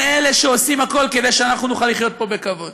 אלה שעושים הכול כדי שאנחנו נוכל לחיות פה בכבוד.